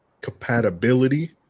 compatibility